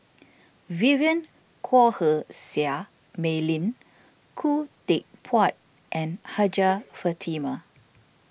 Vivien Quahe Seah Mei Lin Khoo Teck Puat and Hajjah Fatimah